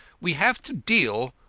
we have to deal,